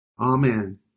Amen